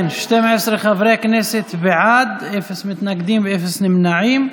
כן, 12 חברי כנסת בעד, אפס מתנגדים ואפס נמנעים.